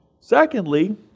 Secondly